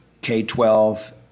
K-12